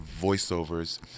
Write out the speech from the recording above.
voiceovers